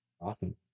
Awesome